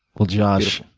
well, josh,